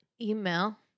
Email